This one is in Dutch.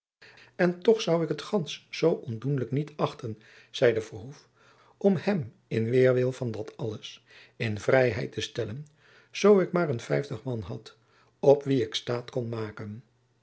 en toch zoû ik het gands zoo ondoenlijk niet achten zeide verhoef om hem in weêrwil van dat alles in vrijheid te stellen zoo ik maar een vijftig man had op wie ik staat kon maken